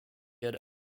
had